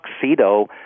tuxedo